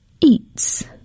eats